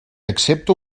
accepta